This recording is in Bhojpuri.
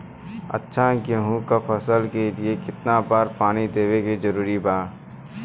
अच्छा गेहूँ क फसल के लिए कितना बार पानी देवे क जरूरत पड़ेला?